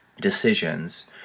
decisions